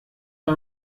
war